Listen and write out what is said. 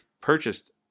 purchased